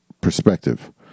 perspective